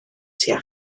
tua